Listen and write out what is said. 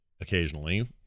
occasionally